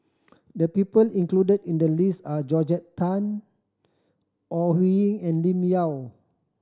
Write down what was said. the people included in the list are Georgette Chen Ore Huiying and Lim Yau